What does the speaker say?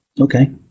Okay